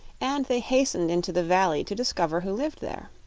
and they hastened into the valley to discover who lived there.